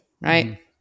right